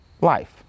life